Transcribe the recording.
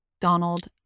Donald